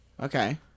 okay